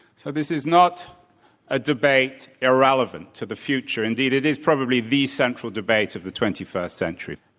so this is not a debate irrel evant to the future. indeed, it is probably the central debate of the twenty first century for